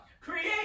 Create